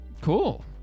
cool